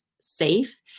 safe